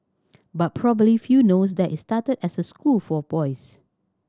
but probably few knows that it started as a school for boys